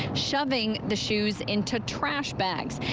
shoving the shoes into trash bags.